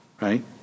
right